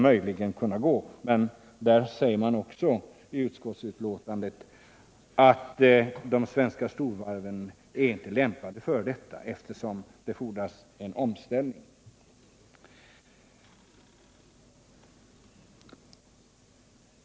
Det sägs också i utskottsbetänkandet att de svenska storvarven inte är lämpade för detta, eftersom det fordras en omställning.